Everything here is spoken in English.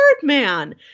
Birdman